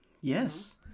Yes